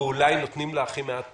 או אולי נותנים לה הכי מעט פתרונות.